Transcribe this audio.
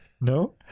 No